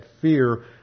fear